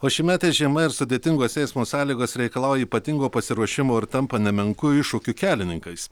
o šiųmetė žiema ir sudėtingos eismo sąlygos reikalauja ypatingo pasiruošimo ir tampa nemenku iššūkiu kelininkais